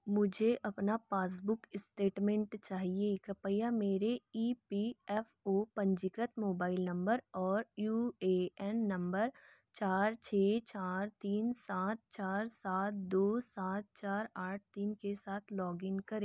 मुझे अपना passbook statement चाहिए कृपया मेरे ई पी एफ़ ओ पंजीकृत मोबाइल नम्बर और यू ए एन नम्बर चार छः चार तीन सात चार सात दो सात चार आठ तीन के साथ लॉगिन करें